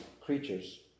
creatures